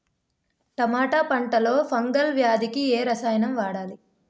టమాటా పంట లో ఫంగల్ వ్యాధికి ఏ రసాయనం వాడాలి?